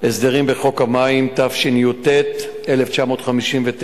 הסדרים בחוק המים, התשי"ט 1959,